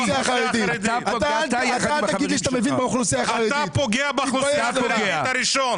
אתה פוגע באוכלוסייה החרדית,